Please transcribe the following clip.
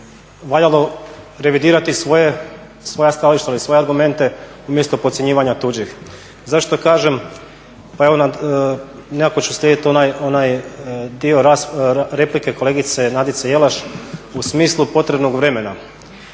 valjalo revidirati svoja stajališta ili svoje argumente umjesto podcjenjivanja tuđih. Zašto to kažem? Pa nekako ću slijediti onaj dio replike kolegice Nadice Jelaš u smislu potrebnog vremena.